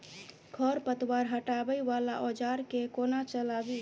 खरपतवार हटावय वला औजार केँ कोना चलाबी?